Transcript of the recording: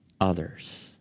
others